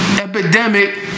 Epidemic